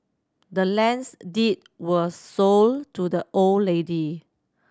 the land's deed was sold to the old lady